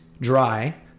dry